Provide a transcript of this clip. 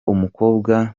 umukobwa